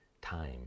time